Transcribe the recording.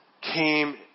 came